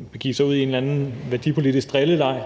at begive sig ud i en eller anden værdipolitisk drilleleg